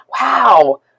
wow